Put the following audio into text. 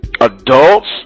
adults